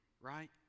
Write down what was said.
right